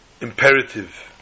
imperative